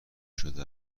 شده